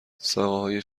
ساقههای